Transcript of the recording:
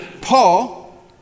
Paul